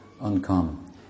uncommon